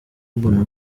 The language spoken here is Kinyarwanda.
urban